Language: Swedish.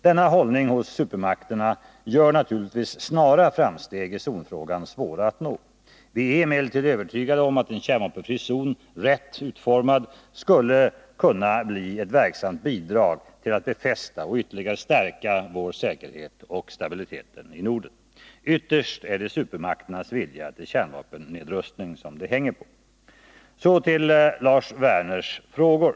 Denna hållning hos supermakterna gör naturligtvis snara framsteg i zonfrågan svåra att nå. Vi är emellertid övertygade om att en kärnvapenfri zon, rätt utformad, skulle kunna bli ett verksamt bidrag till att befästa och ytterligare stärka vår säkerhet och stabiliteten i Norden. Ytterst är det supermakternas vilja till kärnvapennedrustning det hänger Så till Lars Werners frågor.